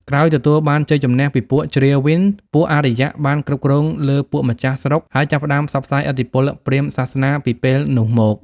ក្រោយទទួលបានជ័យជម្នះពីពួកជ្រាវីន ពួកអារ្យបានគ្រប់គ្រងលើពួកម្ចាស់ស្រុក ហើយចាប់ផ្ដើមផ្សព្វផ្សាយឥទ្ធិពលព្រាហ្មណ៍សាសនាពីពេលនោះមក។